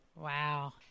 Wow